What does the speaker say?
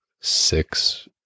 six